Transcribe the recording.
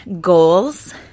goals